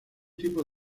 tipo